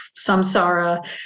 samsara